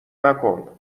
نکن